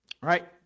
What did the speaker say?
right